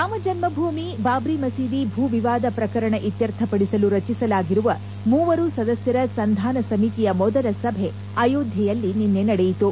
ರಾಮಜನ್ಮಭೂಮಿ ಬಾಬ್ರಿ ಮಸೀದಿ ಭೂ ವಿವಾದ ಪ್ರಕರಣ ಇತ್ಯರ್ಥಪಡಿಸಲು ರಚಿಸಲಾಗಿರುವ ಮೂವರು ಸದಸ್ಯರ ಸಂಧಾನ ಸಮಿತಿಯ ಮೊದಲ ಸಭೆ ಅಯೋಧ್ಯೆಯಲ್ಲಿ ನಿನ್ನೆ ನಡೆಯಿತು